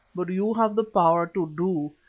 but you have the power to do,